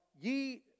ye